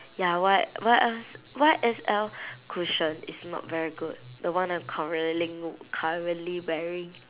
ya Y what else Y_S_L cushion is not very good the one I'm currently currently wearing